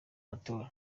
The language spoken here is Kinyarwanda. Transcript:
matora